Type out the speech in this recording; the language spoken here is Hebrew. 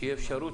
שיהיה אפשרות,